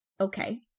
okay